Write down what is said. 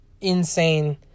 insane